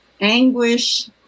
anguish